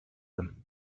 them